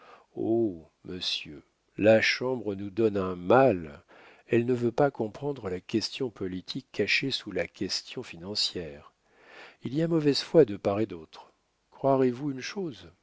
monsieur la chambre nous donne un mal elle ne veut pas comprendre la question politique cachée sous la question financière il y a mauvaise foi de part et d'autre croirez-vous une chose